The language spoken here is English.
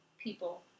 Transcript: people